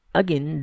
again